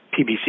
PBC